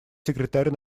секретарь